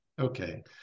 Okay